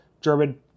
German